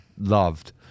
loved